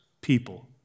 people